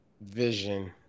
vision